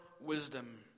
wisdom